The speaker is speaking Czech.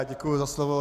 Děkuji za slovo.